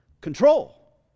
Control